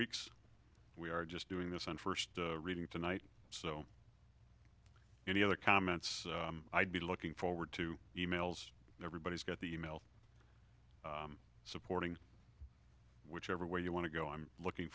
weeks we are just doing this on first reading tonight so any other comments i'd be looking forward to e mails everybody's got the e mail supporting whichever way you want to go i'm looking